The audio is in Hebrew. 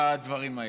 בדברים האלה.